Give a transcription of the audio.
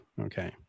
Okay